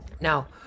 Now